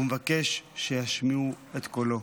והוא מבקש שישמיעו את קולו.